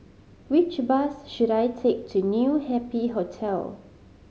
which bus should I take to New Happy Hotel